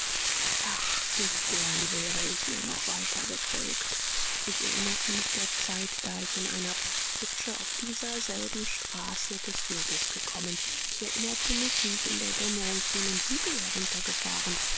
ach wie gern wäre ich ihr noch weiter gefolgt ich erinnerte mich der zeit da ich in einer postkutsche auf dieser selben straße des weges gekommen ich erinnerte mich wie ich in der dämmerung jenen hügel